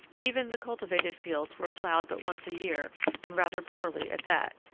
even the cultivated fields were ploughed but once a year and rather poorly at that,